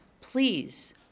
please